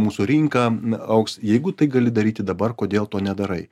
mūsų rinka augs jeigu tai gali daryti dabar kodėl to nedarai